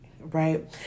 right